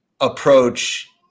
approach